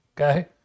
okay